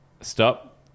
stop